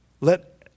Let